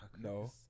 No